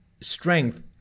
strength